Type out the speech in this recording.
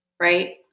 right